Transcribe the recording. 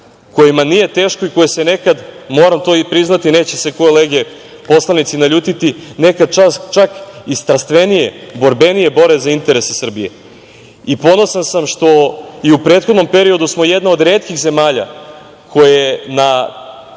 kojima nije teško i koje se nekad, moram to priznati, neće se kolege poslanici ljutiti, nekad čak i strastvenije, borbenije bore za interese Srbije. Ponosan sam što smo i u prethodnom periodu jedna od retkih zemalja koje na